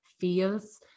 feels